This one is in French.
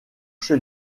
chez